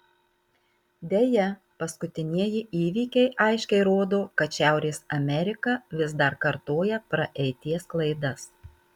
deja paskutinieji įvykiai aiškiai rodo kad šiaurės amerika vis dar kartoja praeities klaidas